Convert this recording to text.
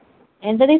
ఎంత తీస్